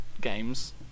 games